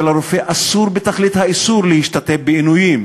ולרופא אסור בתכלית האיסור להשתתף בעינויים".